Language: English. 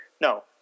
no